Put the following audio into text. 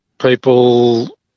people